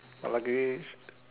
but luckily